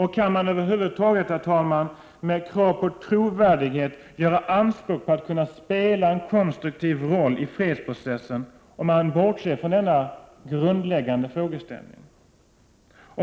Och kan man över huvud taget, herr talman, med krav på trovärdighet göra anspråk på att få spela en konstruktiv roll i fredsprocessen, om man bortser från denna grundläggande frågeställning?